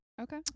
Okay